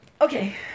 Okay